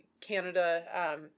Canada